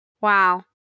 Wow